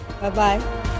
Bye-bye